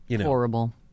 Horrible